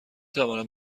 توانم